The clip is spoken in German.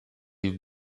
die